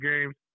games